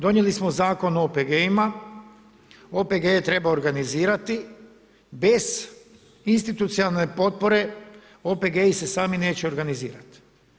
Donijeli smo zakon o OPG-ima, OPG je trebao organizirati, bez institucionalne potpore, OPG se sami neće organizirati.